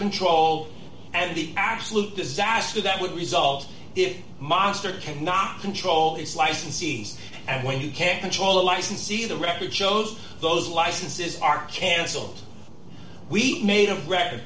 control and the absolute disaster that would result if monster cannot control these licensees and when you can't control the licensee the record shows those licenses are cancelled we made a re